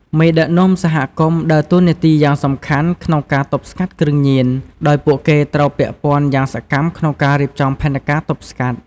មេដឹកនាំសហគមន៍ដើរតួនាទីយ៉ាងសំខាន់ក្នុងការទប់ស្កាត់គ្រឿងញៀន ដោយពួកគេត្រូវបានពាក់ព័ន្ធយ៉ាងសកម្មក្នុងការរៀបចំផែនការទប់ស្កាត់។